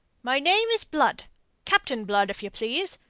my name is blood captain blood, if you please,